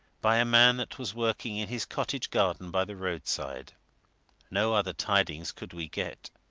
by a man that was working in his cottage garden by the roadside no other tidings could we get.